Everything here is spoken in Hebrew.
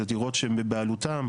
זה דירות שהן בבעלותם.